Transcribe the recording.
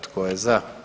Tko je za?